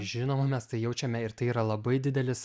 žinoma mes tai jaučiame ir tai yra labai didelis